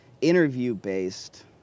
interview-based